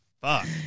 Fuck